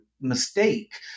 mistake